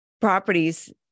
properties